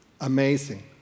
amazing